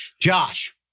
Josh